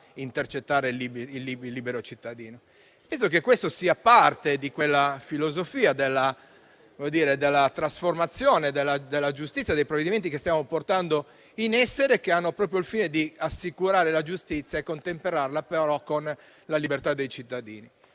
intercettare un libero cittadino. Penso che questo sia parte di quella filosofia di trasformazione della giustizia che è alla base dei provvedimenti che stiamo portando in essere e che ha proprio il fine di assicurare la giustizia e contemperarla con la libertà dei cittadini.